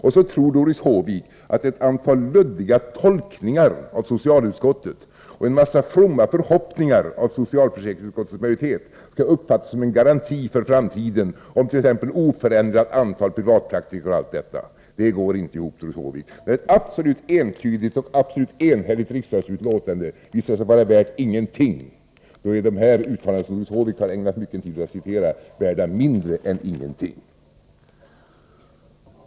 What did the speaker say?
Och så tror Doris Håvik att ett antal luddiga tolkningar av socialutskottet och en mängd fromma förhoppningar hos socialförsäkringsutskottets majoritet skall uppfattas som en garanti för framtiden när det t.ex. gäller oförändrat antal privatpraktiker och allt sådant. Det går inte ihop, Doris Håvik. När ett absolut entydigt och absolut enhälligt riksdagsuttalande visar sig vara värt ingenting, då är de uttalanden som Doris Håvik har ägnat mycken tid åt att citera värda mindre än ingenting.